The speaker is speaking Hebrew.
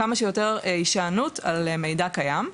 כמה שיותר הישענות על מידע קיים.